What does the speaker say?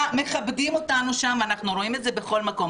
מכבדים אותנו שם, ואנחנו רואים את זה בכל מקום.